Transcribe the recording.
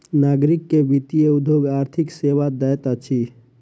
नागरिक के वित्तीय उद्योग आर्थिक सेवा दैत अछि